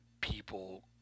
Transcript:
people